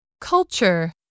Culture